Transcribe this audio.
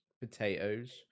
potatoes